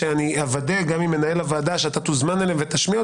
ואני אוודא גם עם מנהל הוועדה שאתה תוזמן אליהם ותשמיע.